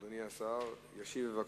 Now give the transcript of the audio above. אדוני השר ישיב בבקשה.